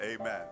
Amen